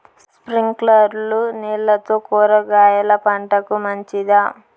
స్ప్రింక్లర్లు నీళ్లతో కూరగాయల పంటకు మంచిదా?